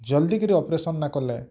ଜଲଦି କିରି ଅପରେସନ୍ ନାଇଁ କଲେ